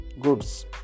goods